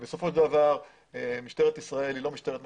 בסופו של דבר משטרת ישראל היא לא משטרת מחשבות.